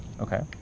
Okay